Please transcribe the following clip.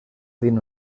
tiene